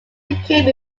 became